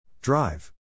Drive